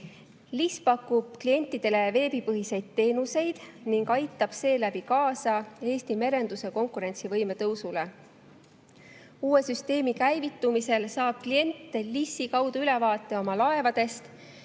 LIS pakub klientidele veebipõhiseid teenuseid ning aitab seeläbi kaasa Eesti merenduse konkurentsivõime tõusule. Uue süsteemi käivitumisel saab klient LIS-i kaudu ülevaate oma laevadest,